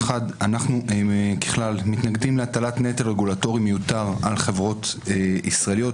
אחד אנחנו ככלל מתנגדים להטלת נטל רגולטורי מיותר על חברות ישראליות,